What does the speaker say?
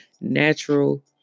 natural